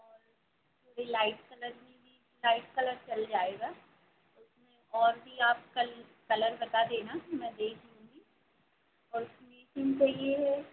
और थोड़ी light colour में भी लाइट कलर चल जाएगा उसमें और भी आप कल कलर बता देना मैं देख लूँगी और फ़िनिसिंग चाहिए है